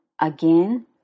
Again